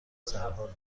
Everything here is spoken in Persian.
سرحال